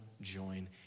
join